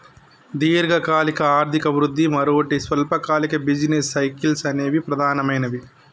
దీర్ఘకాలిక ఆర్థిక వృద్ధి, మరోటి స్వల్పకాలిక బిజినెస్ సైకిల్స్ అనేవి ప్రధానమైనవి